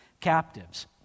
captives